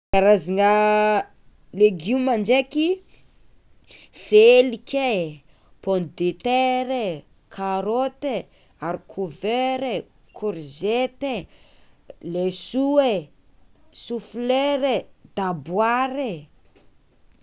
Karazagna legioma ndraiky feliky e, pomme de terra e, karaoty, arikôvera, kôrzety e, laisoa e, soflera, daboara e.